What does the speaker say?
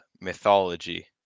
mythology